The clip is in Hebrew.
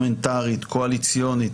פרלמנטרית, קואליציונית,